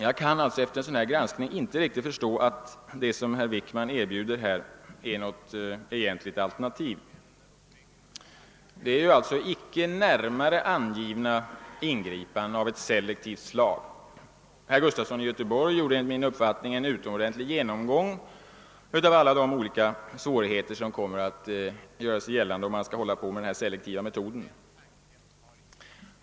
Jag kan alltså efter en sådan granskning inte riktigt förstå att det som herr Wickman erbjuder. är något egentligt alternativ. Det gäller alltså icke närmare angivna ingripanden av selektivt slag. Herr Gustafson i Göteborg gjorde en enligt min uppfattning utomordentlig genomgång av alla de olika svårigheter som kommer att göra sig gällande om man skall använda den selektiva metoden.